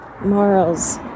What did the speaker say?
Morals